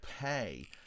pay